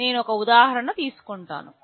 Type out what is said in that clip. నేను ఒక ఉదాహరణ తీసుకుంటాను